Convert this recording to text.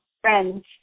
friends